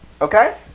Okay